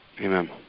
Amen